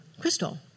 crystal